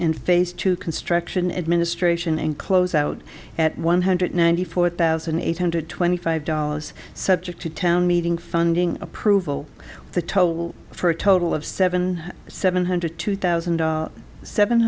in face to construction administration and close out at one hundred ninety four thousand eight hundred twenty five dollars subject to town meeting funding approval the toll for a total of seven seven hundred two thousand